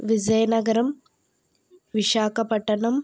Vizianagaram Visakhapatnam